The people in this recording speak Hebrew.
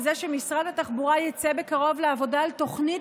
וזה שמשרד התחבורה יצא בקרוב לעבודה על תוכנית